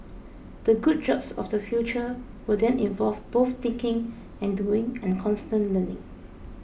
the good jobs of the future will then involve both thinking and doing and constant learning